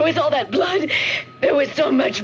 it was all that blank it was so much